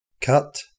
cut